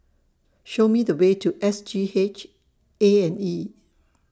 Show Me The Way to S G H A and E